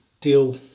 deal